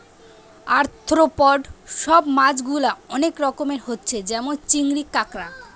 arthropod সব মাছ গুলা অনেক রকমের হচ্ছে যেমন চিংড়ি, কাঁকড়া